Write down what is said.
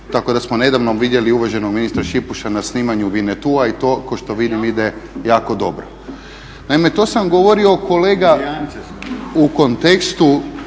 Tako da smo nedavno vidjeli uvaženog ministra Šipuša na snimanju Winnetoua i to kao što vidim ide jako dobro. Naime, to sam vam govorio kolega u kontekstu,